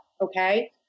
okay